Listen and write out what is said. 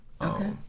Okay